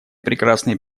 прекрасные